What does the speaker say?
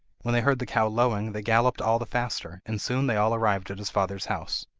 when they heard the cow lowing they galloped all the faster, and soon they all arrived at his father's house.